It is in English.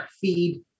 feed